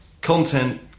content